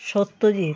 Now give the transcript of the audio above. Satyajit